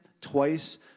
twice